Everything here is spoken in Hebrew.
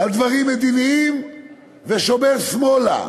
על דברים מדיניים ושובר שמאלה,